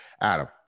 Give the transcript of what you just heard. Adam